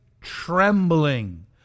trembling